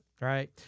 right